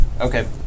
Okay